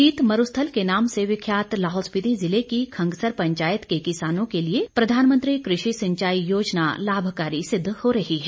शीत मरूस्थल के नाम से विख्यात लाहौल स्पिति ज़िले की खंगसर पंचायत के किसानों के लिए प्रधानमंत्री कृषि सिंचाई योजना लाभकारी सिद्ध हो रही है